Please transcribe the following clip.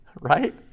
right